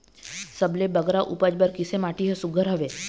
सबले बगरा उपज बर किसे माटी हर सुघ्घर हवे?